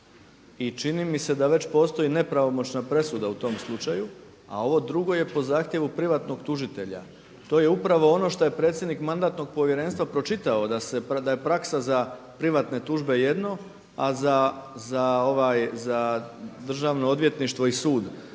i čini mi se da već postoji nepravomoćna presuda u tom slučaju. A ovo drugo je po zahtjevu privatnog tužitelja. To je upravo ono što je predsjednik Mandatnog povjerenstva pročitao da je praksa za privatne tužbe jedno a za državno odvjetništvo i sud